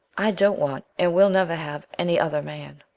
i don't want, and will never have, any other man,